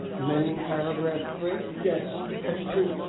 amending paragraph three? yes and two.